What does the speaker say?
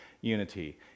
unity